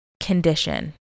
condition